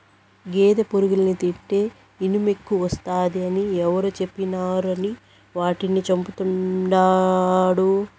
గేదె పురుగుల్ని తింటే ఇనుమెక్కువస్తాది అని ఎవరు చెప్పినారని వాటిని చంపతండాడు